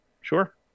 Sure